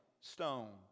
stone